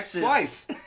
twice